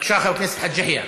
בבקשה, חבר הכנסת חאג' יחיא.